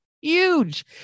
huge